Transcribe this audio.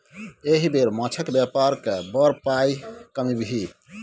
एहि बेर माछक बेपार कए बड़ पाय कमबिही